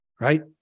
right